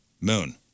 Moon